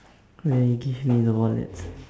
where you give me the wallet